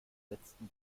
letzten